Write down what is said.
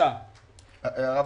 אף